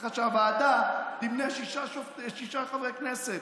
ככה שהוועדה תמנה שישה חברי כנסת.